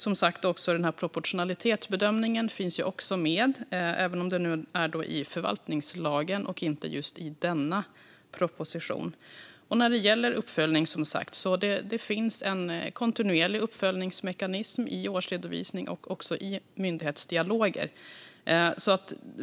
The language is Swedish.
Som sagt finns också proportionalitetsbedömningen med, även om det är i förvaltningslagen och inte just i denna proposition. När det gäller uppföljning finns det alltså en kontinuerlig uppföljningsmekanism i årsredovisning och i myndighetsdialoger.